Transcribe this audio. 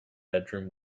bedroom